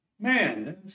Man